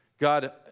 God